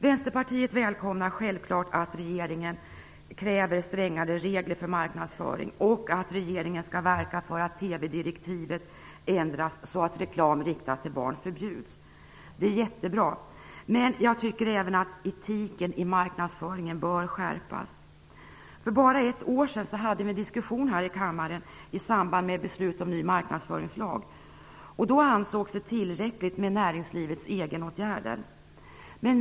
Vänsterpartiet välkomnar självfallet att regeringen kräver strängare regler för marknadsföring och att regeringen skall verka för att TV-direktivet ändras så att reklam riktat till barn förbjuds. Det är jättebra, men jag tycker även att etiken i marknadsföringen bör skärpas. För bara ett år sedan hade vi en diskussion här i kammaren i samband med beslut om ny marknadsföringslag. Då ansågs det tillräckligt med näringslivets egenåtgärder.